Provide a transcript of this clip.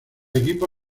equipo